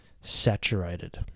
saturated